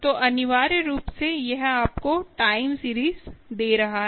तो अनिवार्य रूप से यह आपको टाइम सीरीज दे रहा है